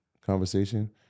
conversation